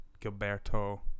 Gilberto